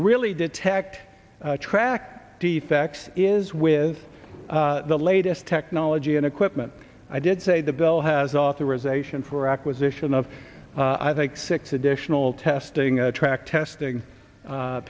really detect track defects is with the latest technology and equipment i did say the bill has authorization for acquisition of i think six additional testing a track testing